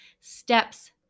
steps